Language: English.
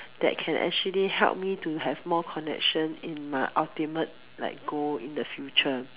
that can actually help me to have more connection in my ultimate like goal in the future